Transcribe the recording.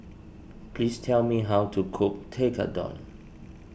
please tell me how to cook Tekkadon